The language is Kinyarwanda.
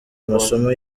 amasomo